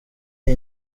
iyi